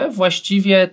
właściwie